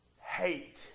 hate